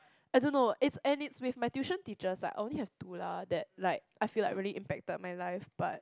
I don't know it's and it's with my tuition teachers lah like I only have two lah like I feel like really impacted my life but